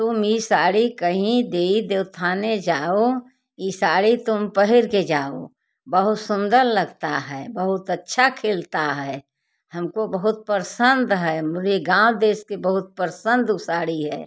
तुम ई साड़ी कहीं देइ देव थाने जाओ ई साड़ी तुम पहिर के जाओ बहुत सुंदर लगता है बहुत अच्छा खिलता है हमको बहुत परसंद है मरे गाँव देश के बहुत पसंद उ साड़ी है